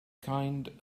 kind